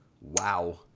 Wow